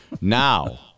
now